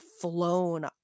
flown